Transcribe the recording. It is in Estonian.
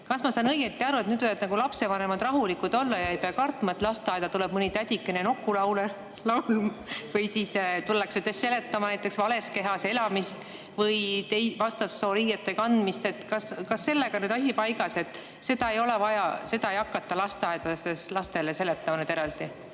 Kas ma saan õigesti aru, et nüüd võivad nagu lapsevanemad rahulikud olla ja ei pea kartma, et lasteaeda tuleb mõni tädike nokulaule laulma või siis tullakse seletama näiteks vales kehas elamist või vastassoo riiete kandmist? Kas sellega on nüüd asi paigas, et seda ei ole vaja, seda ei hakata lasteaedades lastele eraldi